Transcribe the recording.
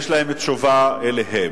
יש להם תשובה להם.